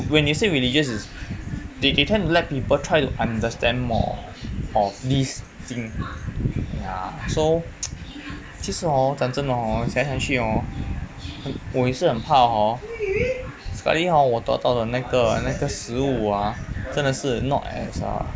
when they say religious is they they try to let people try to understand more of this thing ya so 其实 hor 讲真的 hor 想来想去 hor 我也是很怕 hor sekali 我得到了那个那个食物啊真的是 not as err